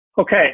Okay